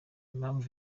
impamvu